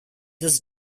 this